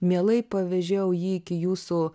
mielai pavežėjau jį iki jūsų